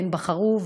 הן בחרו.